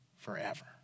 forever